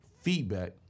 feedback